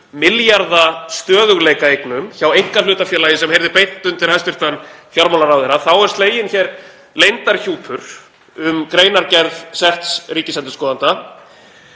milljarða stöðugleikaeignum hjá einkahlutafélagi sem heyrði beint undir hæstv. fjármálaráðherra er sleginn hér leyndarhjúpur um greinargerð setts ríkisendurskoðanda.